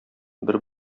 бер